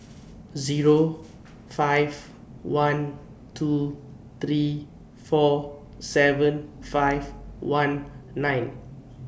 Zero five one two three four seven five one nine